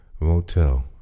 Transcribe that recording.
motel